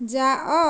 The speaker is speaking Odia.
ଯାଅ